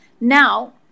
Now